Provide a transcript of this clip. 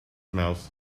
mouth